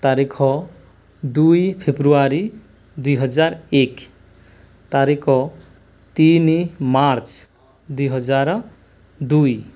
ତାରିଖ ଦୁଇ ଫେବୃଆରୀ ଦୁଇହଜାର ଏକ ତାରିଖ ତିନି ମାର୍ଚ୍ଚ ଦୁଇହଜାର ଦୁଇ